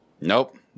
Nope